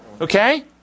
Okay